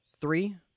three